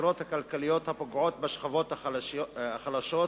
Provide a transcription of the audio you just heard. הגזירות הכלכליות הפוגעות בשכבות החלשות,